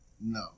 No